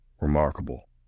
remarkable